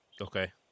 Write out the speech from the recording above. Okay